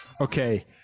Okay